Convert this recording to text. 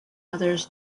others